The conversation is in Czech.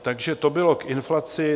Takže to bylo k inflaci.